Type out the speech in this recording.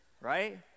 right